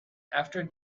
after